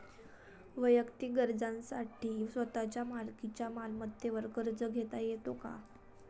वैयक्तिक गरजांसाठी स्वतःच्या मालकीच्या मालमत्तेवर कर्ज घेता येतो का?